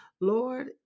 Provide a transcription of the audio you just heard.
Lord